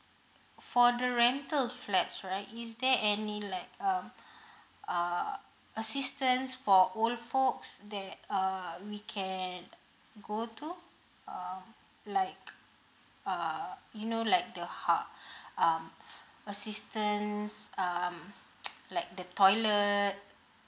for the rental flats right is there any like um uh assistance for old folks that err we can go to err like uh you know like the hub um assistance um like the toilet